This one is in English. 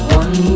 one